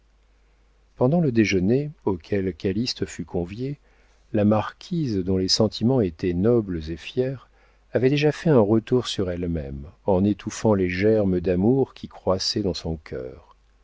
pendant le déjeuner auquel calyste fut convié la marquise dont les sentiments étaient nobles et fiers avait déjà fait un retour sur elle-même en étouffant les germes d'amour qui croissaient dans son cœur